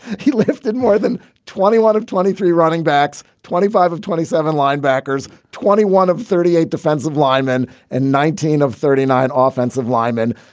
he lifted more than twenty one of twenty three running backs, twenty five of twenty seven linebackers, twenty one of thirty eight defensive linemen and nineteen of thirty nine offensive linemen.